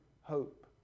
hope